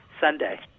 Sunday